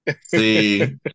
See